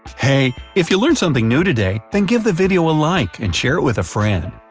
hey, if you learned something new today, then give the video a like and share it with a friend!